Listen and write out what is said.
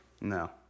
No